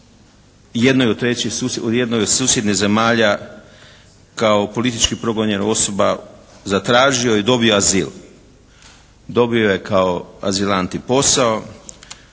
granicu i u jednoj od susjednih zemalja kao politički progonjena osoba zatražio je i dobio azil. Dobio je kao azilant i posao,